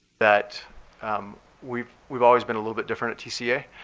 that um we've we've always been a little bit different at tca